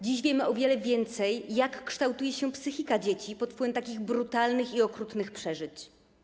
Dziś wiemy o wiele więcej o tym, jak kształtuje się psychika dzieci pod wpływem takich brutalnych i okrutnych przeżyć.